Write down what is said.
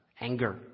Anger